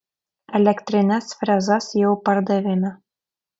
elektrines frezas jau pardavėme